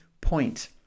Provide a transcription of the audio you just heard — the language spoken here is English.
point